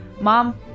mom